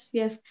yes